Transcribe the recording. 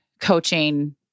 coaching